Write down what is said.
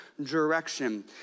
direction